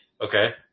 Okay